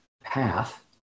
path